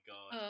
God